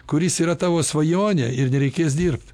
kuris yra tavo svajonė ir nereikės dirbt